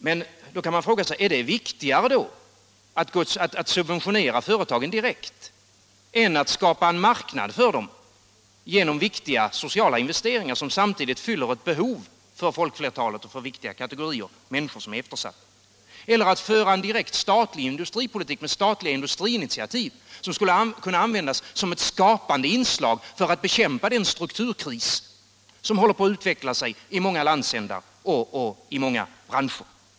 Är det då viktigare att subventionera företagen direkt än att skapa en marknad för dem genom viktiga sociala investeringar, som samtidigt fyller ett behov för folkflertalet och viktiga kategorier människor, vilkas behov är eftersatta? Är det viktigare än att föra en direkt statlig industripolitik med statliga industriinitiativ, som skulle kunna bli ett skapande inslag för att bekämpa den strukturkris som håller på att utvecklas i många landsändar och i många branscher?